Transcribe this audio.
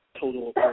total